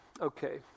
Okay